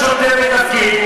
יבוא השוטר בתפקיד,